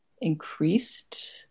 increased